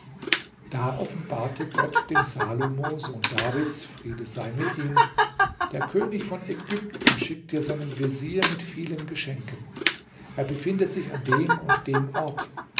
da offenbarte gott dem salomo sohn davids friede sei mit ihm der könig von ägypten schickt dir seinen vezier mit vielen geschenken er befindet sich an dem und dem ort